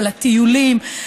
על הטיולים,